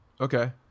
Okay